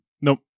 nope